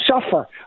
suffer